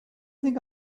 think